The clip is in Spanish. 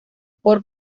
por